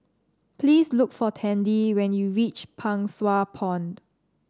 please look for Tandy when you reach Pang Sua Pond